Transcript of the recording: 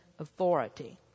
authority